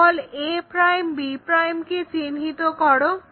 a' b' কে চিহ্নিত করো